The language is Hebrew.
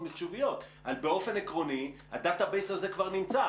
מחשוביות באופן עקרוני הדאטה-בייס הזה כבר נמצא,